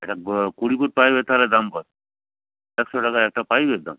একটা কুড়ি ফুট পাইপের তাহলে দাম কত একশো টাকা একটা পাইপের দাম